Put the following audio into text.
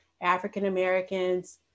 African-Americans